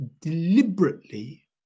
deliberately